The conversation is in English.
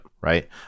right